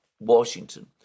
Washington